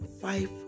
Five